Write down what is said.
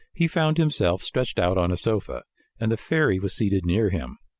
he found himself stretched out on a sofa and the fairy was seated near him.